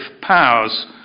Powers